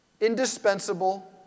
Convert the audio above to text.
indispensable